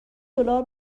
دلار